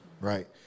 right